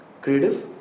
creative